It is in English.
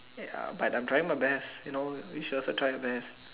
ya but I'm trying my best you know you should also try your best